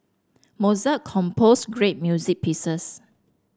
Mozart composed great music pieces